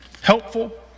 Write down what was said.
Helpful